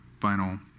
final